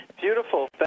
Beautiful